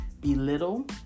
belittle